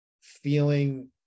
feeling